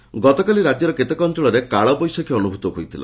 କାଳବୈଶାଖୀ ଗତକାଲି ରାଜ୍ୟର କେତେକ ଅଞ୍ଚଳରେ କାଳ ବୈଶାଖୀ ଅନୁଭ୍ତ ହୋଇଥିଲା